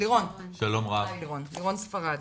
לירון ספרד,